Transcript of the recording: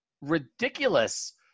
ridiculous